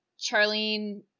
Charlene